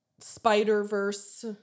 Spider-Verse